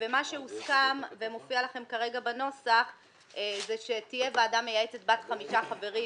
מה שהוסכם ומופיע לכם כרגע בנוסח זה שתהיה ועדה מייעצת בת חמישה חברים,